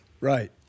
Right